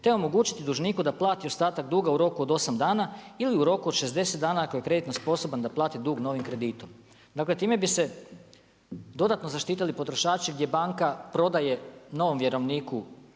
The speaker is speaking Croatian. te omogućiti dužniku da plati ostatak duga u roku od 8 dana ili u roku od 60 dana ako je kreditno sposoban da plati dug novim kreditom. Dakle, time bi se dodatno zaštitili potrošači gdje banka prodaje novom vjerovniku